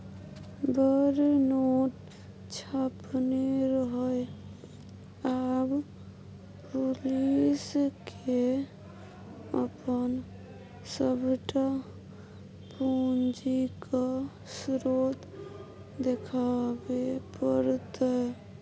बड़ नोट छापने रहय आब पुलिसकेँ अपन सभटा पूंजीक स्रोत देखाबे पड़तै